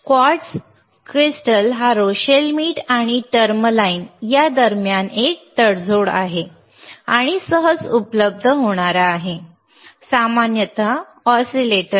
quartz Rochelle मीठ आणि tourmaline दरम्यान एक तडजोड आहे आणि सहज उपलब्ध आहे आणि सामान्यतः ऑसीलेटरमध्ये वापरली जाते